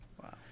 Wow